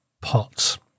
pots